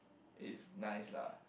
is nice lah